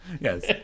Yes